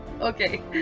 okay